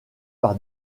par